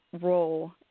role